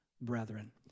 brethren